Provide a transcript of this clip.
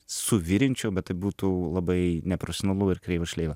suvirinčiau bet tai būtų labai neprofesionalu ir kreiva šleiva